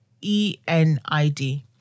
E-N-I-D